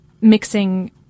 mixing